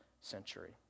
century